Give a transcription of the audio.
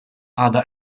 għadha